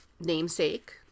namesake